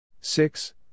Six